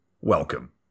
welcome